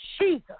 Jesus